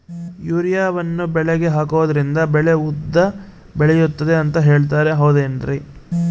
ಯೂರಿಯಾವನ್ನು ಬೆಳೆಗೆ ಹಾಕೋದ್ರಿಂದ ಬೆಳೆ ಉದ್ದ ಬೆಳೆಯುತ್ತೆ ಅಂತ ಹೇಳ್ತಾರ ಹೌದೇನ್ರಿ?